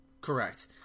Correct